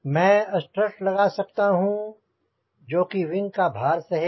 मैं स्ट्रट लगा सकता हूंँ जो कि विंग का भार सहेगा